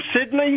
Sydney